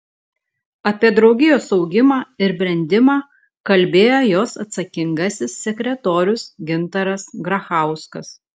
apie draugijos augimą ir brendimą kalbėjo jos atsakingasis sekretorius gintaras grachauskas